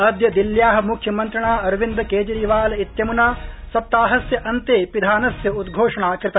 अद्य दिल्ल्या मुख्यमन्त्रिणा अरविन्द केजरीवाल इत्यमुना सप्ताहस्य अन्ते पिधानस्य उद्घोषणा कृता